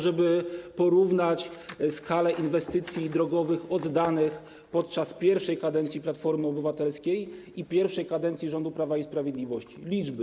Żeby porównać skalę inwestycji drogowych oddanych podczas pierwszej kadencji Platformy Obywatelskiej i pierwszej kadencji rządów Prawa i Sprawiedliwości, podam liczby.